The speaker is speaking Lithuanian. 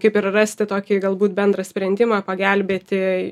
kaip ir rasti tokį galbūt bendrą sprendimą pagelbėti